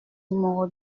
numéro